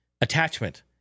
attachment